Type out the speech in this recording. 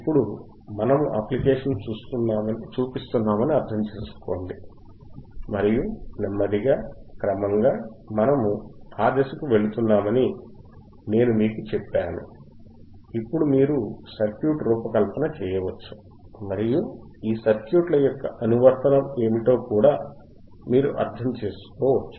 ఇప్పుడు మనము అప్లికేషన్ చూపిస్తున్నామని అర్థం చేసుకోండి మరియు నెమ్మదిగా క్రమంగా మనము ఆ దశకు వెళుతున్నామని నేను మీకు చెప్పాను ఇప్పుడు మీరు సర్క్యూట్ రూపకల్పన చేయవచ్చు మరియు ఈ సర్క్యూట్ల యొక్క అనువర్తనం ఏమిటో కూడా మీరు అర్థం చేసుకోవచ్చు